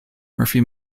murphy